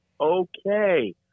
Okay